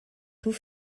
tout